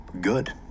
good